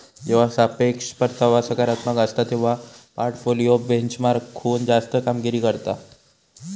जेव्हा सापेक्ष परतावा सकारात्मक असता, तेव्हा पोर्टफोलिओ बेंचमार्कहुन जास्त कामगिरी करता